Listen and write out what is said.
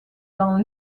dans